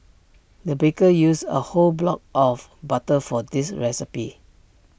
the baker used A whole block of butter for this recipe